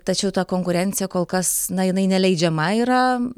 tačiau ta konkurencija kol kas na jinai neleidžiama yra